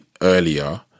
earlier